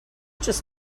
just